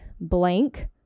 blank